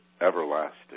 everlasting